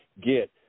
get